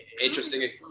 interesting